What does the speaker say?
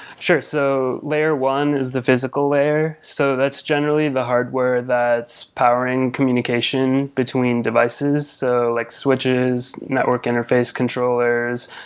sure. so layer one is the physical layer. so that's generally the hardware that's powering communication between devices, so like switches, network interface controllers,